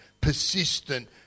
persistent